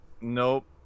Nope